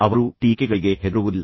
ಅವರು ಟೀಕೆಗಳಿಗೆ ಹೆದರುವುದಿಲ್ಲ